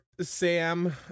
Sam